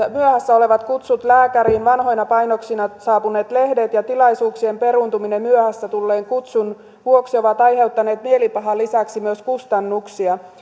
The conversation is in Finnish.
olevat kutsut lääkäriin vanhoina painoksina saapuneet lehdet ja tilaisuuksien peruuntumiset myöhässä tulleen kutsun vuoksi ovat aiheuttaneet mielipahan lisäksi myös kustannuksia